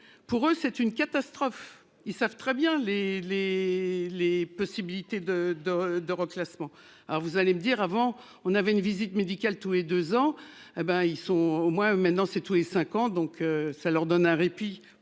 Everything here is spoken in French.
pour eux c'est une catastrophe. Ils savent très bien les les les possibilités de de de reclassement. Alors vous allez me dire avant on avait une visite médicale tous les 2 ans. Ben ils sont au moins maintenant c'est tous les 5 ans donc ça leur donne un répit